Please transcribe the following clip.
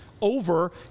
over